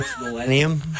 millennium